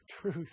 truth